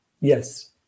Yes